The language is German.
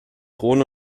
drohne